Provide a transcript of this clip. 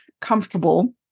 comfortable